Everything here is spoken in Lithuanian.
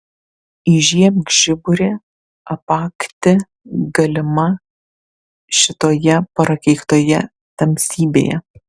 įžiebk žiburį apakti galima šitoje prakeiktoje tamsybėje